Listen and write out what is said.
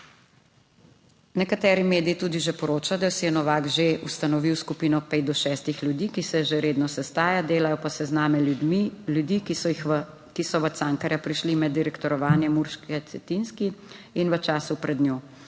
Nekateri mediji tudi že poročajo, da si je Novak že ustanovil skupino pet do šestih ljudi, ki se že redno sestaja, delajo pa sezname ljudi, ki so jih, ki so v Cankarja prišli med direktorovanje, Urške Cetinski in v času pred njo.